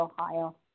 Ohio